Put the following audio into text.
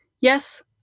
Yes